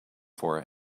for